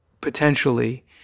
potentially